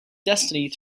destiny